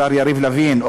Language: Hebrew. השר יריב לוין,